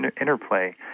interplay